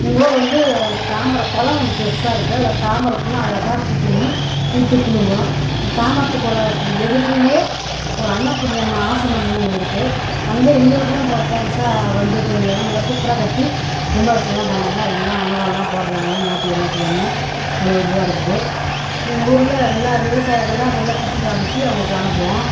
எங்கள் ஊரில் வந்து தாமரை குளம் ஒன்று பெருசாக இருக்குது அதில் தாமரை பூலாம் அழகாக பூத்துக்குன்னு பூத்துக் குலுங்கும் அந்த தாமரை குளத்துக்கு எதிர்லேயே ஒரு அன்னபூரணி அம்மா ஆசரமுன்னு ஒன்று இருக்குது அங்கே எங்கள் ஊருக்கெல்லாம் இப்போ ஃபேமஸாக வந்து போயின்னு இருக்கிறாங்க நல்லா சூப்பராக கட்டி கும்பாபிஷேகம்லாம் பண்ணாங்க அதுக்கெல்லாம் அன்னதானம்லாம் போடுறாங்க ஞாயிற்றுக் கெழம ஞாயிற்றுக் கெழம அவ்வளோ இதுவாக இருக்குது எங்கள் ஊரில் நல்லா விவசாயத்தைலாம் நல்லா சுற்றி காமிச்சு அவங்களுக்கு அனுப்புவோம்